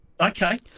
okay